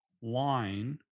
wine